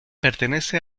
pertenece